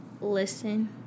Listen